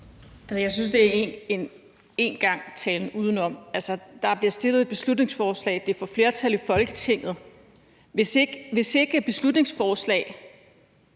Jeg synes, at det er en stor gang talen udenom. Altså, der bliver fremsat et beslutningsforslag, og det opnår flertal i Folketinget. Hvis ikke et beslutningsforslag